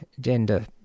gender